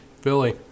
Philly